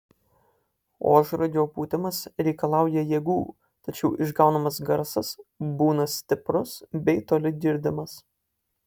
ožragio pūtimas reikalauja jėgų tačiau išgaunamas garsas būna stiprus bei toli girdimas